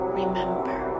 remember